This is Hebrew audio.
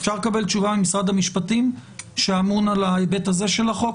אפשר לקבל תשובה ממשרד המשפטים שאמון על ההיבט הזה של החוק?